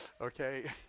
okay